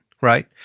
right